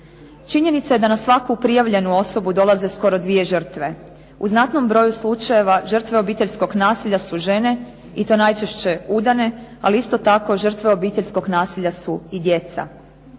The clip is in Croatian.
Činjenica je da na svaku prijavljenu osobu dolaze skoro dvije žrtve. U znatnom broju slučajeva žrtve obiteljskog nasilja su žene i to najčešće udane, ali isto tako žrtve obiteljskog nasilja su i djeca.